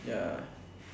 ya